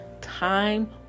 time